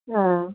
हा